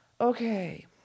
Okay